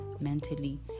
mentally